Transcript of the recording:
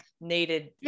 needed